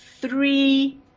three